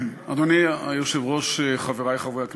אדוני היושב-ראש, חברי חברי הכנסת,